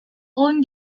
own